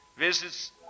Visits